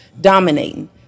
dominating